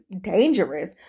dangerous